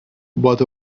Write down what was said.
bought